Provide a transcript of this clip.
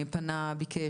ביקש,